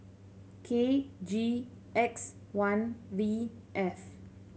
K G X one V F